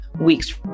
weeks